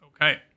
okay